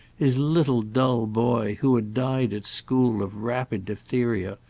his little dull boy who had died at school of rapid diphtheria,